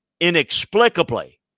inexplicably